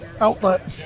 outlet